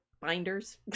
binders